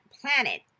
planet